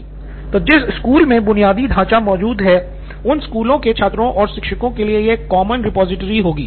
सिद्धार्थ मटूरी तो जिस स्कूल मे बुनियादी ढाँचा मौजूद है उन स्कूलों के छात्रों और शिक्षकों के लिए एक कॉमन रिपॉजिटरी होगी